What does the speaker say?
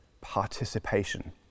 participation